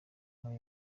muri